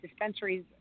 dispensaries